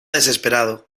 desesperado